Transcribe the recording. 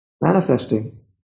manifesting